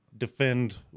defend